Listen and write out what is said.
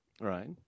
right